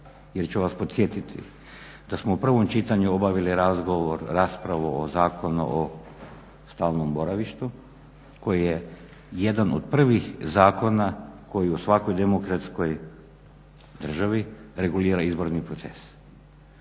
Jer ću vas podsjetiti da smo u prvom čitanju obavili razgovor, raspravu o Zakonu o stalnom boravištu koji je jedan od prvih zakona koji u svakoj demokratskoj državi regulira izborni proces.